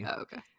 Okay